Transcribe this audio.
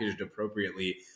appropriately